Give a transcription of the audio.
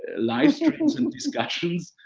live streams and discussions.